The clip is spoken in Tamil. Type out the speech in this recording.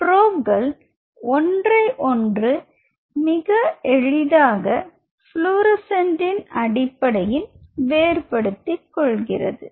ப்ரொப்க்கள் ஒன்றையொன்று மிக எளிதாக புளோரசீன்ட் அடிப்படையில் வேறு படுத்திக் கொள்கிறது